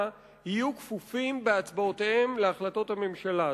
יהיו כפופים בהצבעותיהם להחלטות הממשלה,